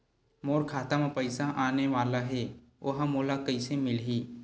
मोर खाता म पईसा आने वाला हे ओहा मोला कइसे मिलही?